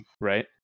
right